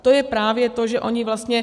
To je právě to, že oni vlastně...